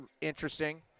interesting